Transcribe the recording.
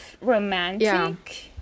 romantic